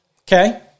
okay